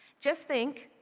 just think,